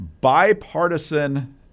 bipartisan